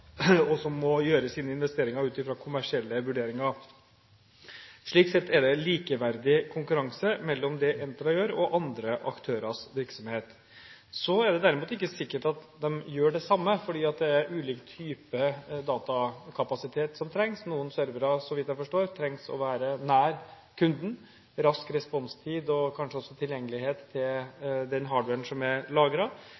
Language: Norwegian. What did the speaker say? og som må gjøre sine investeringer ut fra kommersielle vurderinger. Slik sett er det likeverdig konkurranse mellom det Entra gjør, og andre aktørers virksomhet. Det er derimot ikke sikkert at de gjør det samme, fordi det er ulik type datakapasitet som trengs. Noen servere – så vidt jeg forstår – trenger å være nær kunden, ha rask responstid og kanskje også tilgjengelighet til